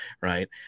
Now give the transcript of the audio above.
Right